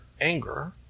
anger